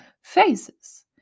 phases